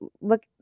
look